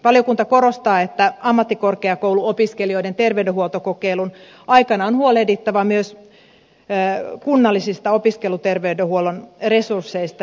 valiokunta korostaa että ammattikorkeakouluopiskelijoiden terveydenhuoltokokeilun aikana on huolehdittava myös kunnallisista opiskeluterveydenhuollon resursseista